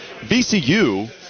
VCU